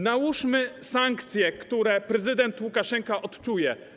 Nałóżmy sankcje, które prezydent Łukaszenka odczuje.